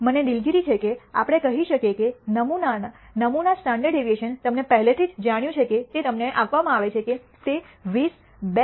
મને દિલગીર છે કે આપણે કહી શકીએ કે નમૂના સ્ટાન્ડર્ડ ડેવિએશન તમને પહેલેથી જ જાણ્યું છે કે તે તમને આપવામાં આવે છે કે તે 20 2 સે